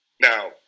Now